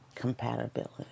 compatibility